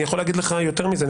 אני יכול להגיד לך יותר מזה.